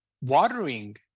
watering